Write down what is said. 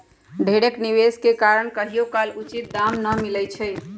ढेरेक निवेश के कारण कहियोकाल उचित दाम न मिलइ छै